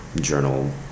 journal